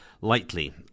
lightly